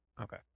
Okay